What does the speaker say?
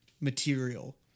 material